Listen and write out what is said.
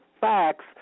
facts